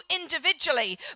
individually